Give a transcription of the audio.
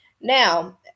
Now